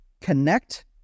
connect